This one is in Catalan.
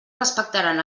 respectaran